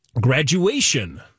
Graduation